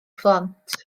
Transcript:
phlant